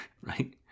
right